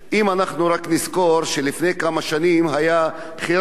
אם אנחנו רק נזכור, לפני כמה שנים היה כירורג